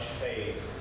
faith